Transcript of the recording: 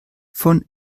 von